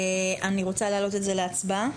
אני רוצה להעלות את זה להצבעה.